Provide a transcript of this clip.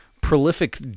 prolific